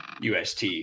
UST